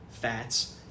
fats